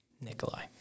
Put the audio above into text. Nikolai